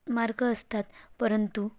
mark असतात परंतु